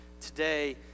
today